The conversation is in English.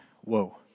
whoa